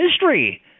history